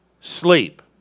sleep